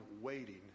waiting